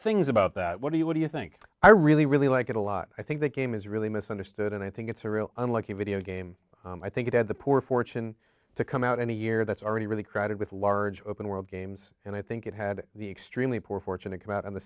things about that what do you what do you think i really really like it a lot i think the game is really misunderstood and i think it's a real unlike a video game i think it has the poor fortune to come out any year that's already really crowded with large open world games and i think it had the extremely poor fortune to come out on the